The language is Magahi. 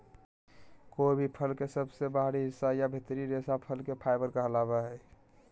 कोय भी फल के सबसे बाहरी हिस्सा या भीतरी रेशा फसल के फाइबर कहलावय हय